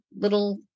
little